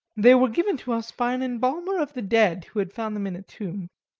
they were given to us by an embalmer of the dead who had found them in a tomb.